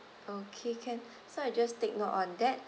okay can so I just take note on that